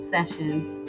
Sessions